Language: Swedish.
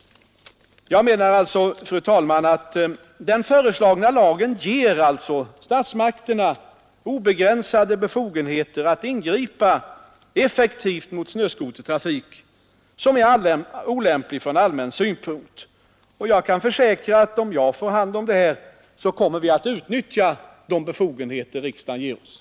Jag menar alltså, fru talman, att den föreslagna lagen ger statsmakterna obegränsade befogenheter att ingripa effektivt mot snöskotertrafik som är olämplig från allmän synpunkt. Jag kan försäkra att om jag får hand om detta så kommer jag att utnyttja de befogenheter som riksdagen ger mig.